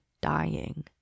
dying